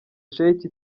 sheki